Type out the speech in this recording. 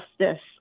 justice